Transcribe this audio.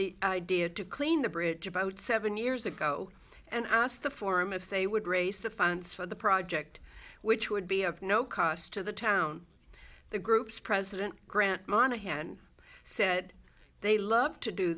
the idea to clean the bridge about seven years ago and asked the forum if they would raise the funds for the project which would be of no cost to the town the group's president grant monaghan said they love to do